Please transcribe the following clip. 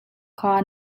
kha